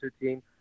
team